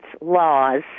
laws